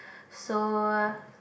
so